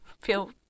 feel